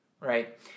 Right